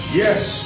yes